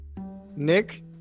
Nick